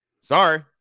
Sorry